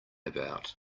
about